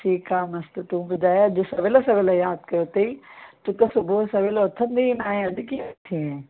ठीकु आहे मस्तु तूं ॿुधाए अॼु सवेल सवेल यादि कयो अथेई तूं त सुबुहु सवेल उथंदी नाहे अॼु कीअं उथी आहीं